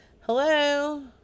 Hello